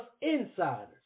insiders